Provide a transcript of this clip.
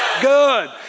Good